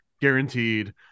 guaranteed